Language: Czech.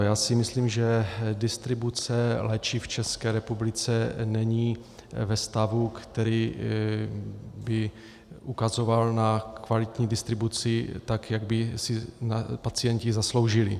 Já si myslím, že distribuce léčiv v České republice není ve stavu, který by ukazoval na kvalitní distribuci, jak by si pacienti zasloužili.